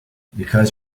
because